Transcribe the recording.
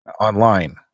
online